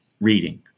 reading